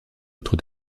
autre